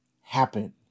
happen